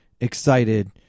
excited